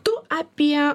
tu apie